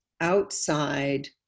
outside